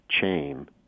chain